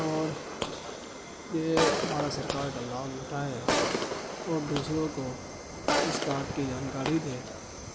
اور یہ بھارت سرکار کا لابھ اٹھائے اور دوسروں کو اس کارڈ کی جانکاری دے